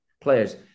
players